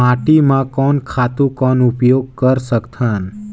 माटी म कोन खातु कौन उपयोग कर सकथन?